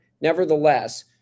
nevertheless